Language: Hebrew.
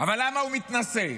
אבל למה הוא מתנשא?